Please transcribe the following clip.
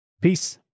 Peace